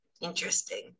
Interesting